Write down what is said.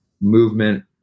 Movement